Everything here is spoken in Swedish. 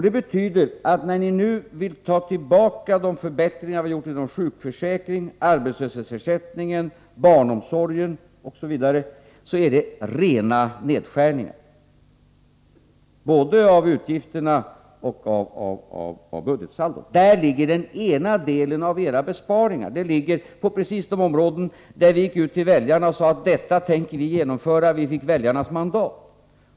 Det betyder att när ni nu vill ta tillbaka de förbättringar som vi har gjort inom sjukförsäkringen, arbetslöshetsersättningen, barnomsorgen osv. är det rena nedskärningar både av utgifterna och av budgetsaldot. Den ena delen av era besparingar ligger precis på de områden där vi gick ut till väljarna och sade att detta tänker vi genomföra. Vi fick väljarnas mandat.